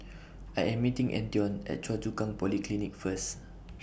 I Am meeting Antione At Choa Chu Kang Polyclinic First